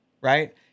right